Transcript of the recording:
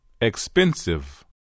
expensive